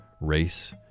race